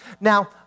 Now